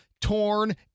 Torn